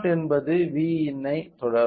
V0 என்பது Vin ஐ தொடரும்